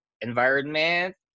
environment